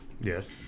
Yes